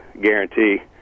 guarantee